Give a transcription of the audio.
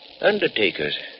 Undertakers